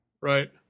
right